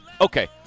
Okay